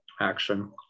Action